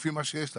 לפי מה שיש לה.